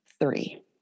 Three